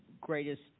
greatest